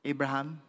Abraham